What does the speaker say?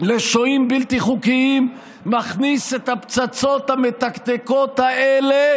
לשוהים בלתי חוקיים מכניס את הפצצות המתקתקות האלה